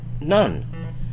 none